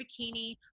bikini